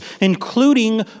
including